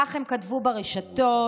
כך הם כתבו ברשתות,